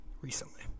recently